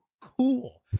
cool